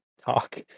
talk